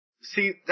See